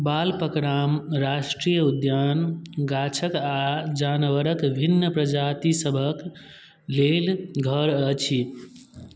बालपकराम राष्ट्रीय उद्यान गाछके आओर जानवरके भिन्न प्रजाति सबके लेल घर अछि